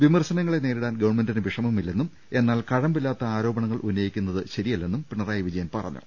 വിമർശനങ്ങളെ നേരിടാൻ ഗവൺമെന്റിന് വിഷമമില്ലെന്നും എന്നാൽ കഴമ്പില്ലാത്ത ആരോപണങ്ങൾ ഉന്നയിക്കുന്നത് ശരിയല്ലെന്നും പിണറായി വിജയൻ പറഞ്ഞു